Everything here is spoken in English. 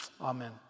Amen